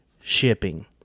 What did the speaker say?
shipping